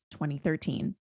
2013